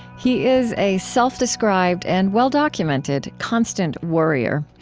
he is a self-described and well-documented constant worrier,